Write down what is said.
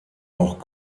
auch